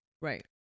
Right